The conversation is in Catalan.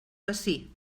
bací